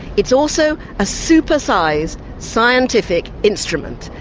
it's also a super-sized scientific instrument,